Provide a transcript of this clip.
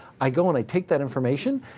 i go, and i take that information,